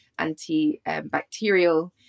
antibacterial